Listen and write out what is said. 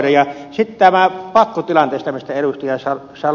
sitten tästä pakkotilanteesta josta ed